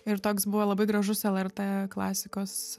ir toks buvo labai gražus lrt klasikos